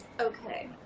Okay